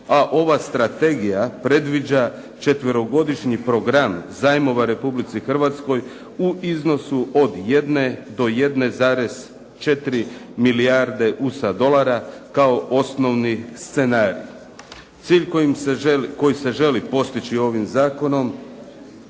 a ova strategija predviđa četverogodišnji program zajmova Republici Hrvatskoj u iznosu od 1 do 1,4 milijarde USD kao osnovni scenarij. Cilj koji se želi postići ovim zakonom,